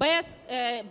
без